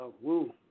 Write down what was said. woo